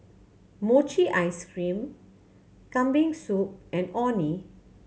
mochi ice cream Kambing Soup and Orh Nee